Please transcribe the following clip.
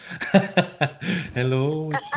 Hello